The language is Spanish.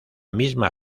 misma